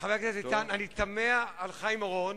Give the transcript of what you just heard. חבר הכנסת איתן, אני תמה על חיים אורון,